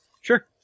Sure